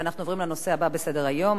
הצעת חוק ביטוח בריאות ממלכתי (תיקון,